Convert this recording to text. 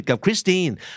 Christine